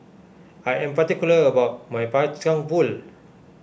I am particular about my Kacang Pool